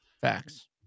Facts